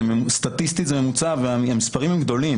סטטיסטית זה ממוצע והמספרים הם גדולים.